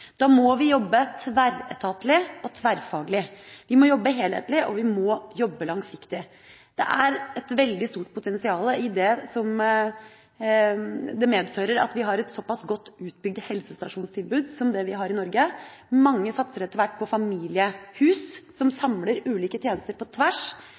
da må vi jobbe tverretatlig og tverrfaglig. Vi må jobbe helhetlig, og vi må jobbe langsiktig. Det at vi har et såpass godt utbygd helsestasjonstilbud som vi har i Norge, er et veldig viktig potensial. Mange satser etter hvert på familiehus, som samler ulike tjenester på tvers.